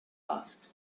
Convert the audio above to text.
asked